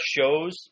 shows